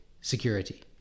security